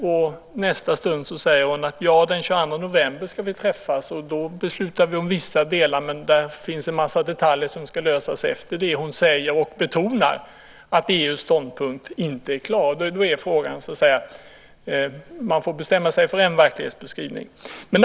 I nästa stund säger hon att den 22 november ska vi träffas och besluta om vissa delar, men det finns en massa detaljer som ska lösas efter det. Hon betonar också att EU:s ståndpunkt inte är klar. Man får bestämma sig för en verklighetsbeskrivning.